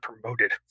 promoted